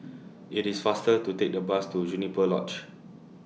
IT IS faster to Take The Bus to Juniper Lodge